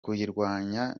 kuyirwanya